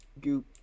goop